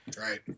right